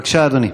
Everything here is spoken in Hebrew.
בבקשה, אדוני.